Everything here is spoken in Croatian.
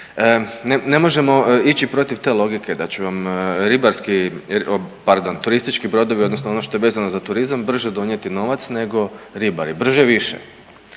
ne možemo ići protiv te logike da će vam ribarski, pardon turistički brodovi odnosno ono što je vezano za turizam brže donijeti novac nego ribari, brže i više.